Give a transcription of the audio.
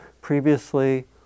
previously